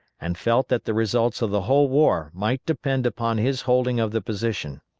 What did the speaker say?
and felt that the results of the whole war might depend upon his holding of the position.